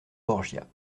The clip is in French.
borgia